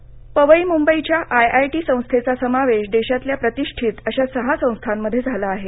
टीः पवई मुंबईच्या I I T संस्थेचा समावेश देशातल्या प्रतिष्ठित अशा सहा संस्थांमध्ये झाला आहे